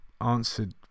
answered